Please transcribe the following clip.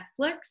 Netflix